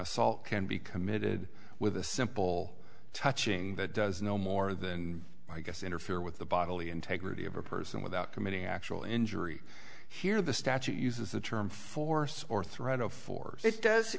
assault can be committed with a simple touching that does no more than i guess interfere with the bodily integrity of a person without committing actual injury here the statute uses the term force or threat of force it does